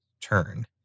turn